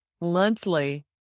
monthly